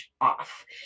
off